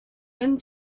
than